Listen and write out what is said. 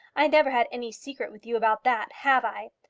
i never had any secret with you about that have i?